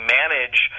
manage